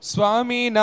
Swami